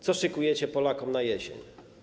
Co szykujecie Polakom na jesień?